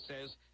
says